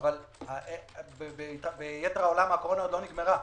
אבל ביתר העולם הקורונה לא נגמרה,